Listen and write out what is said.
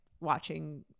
watching